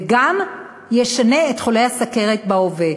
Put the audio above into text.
וגם ישנה את מספר חולי הסוכרת בהווה.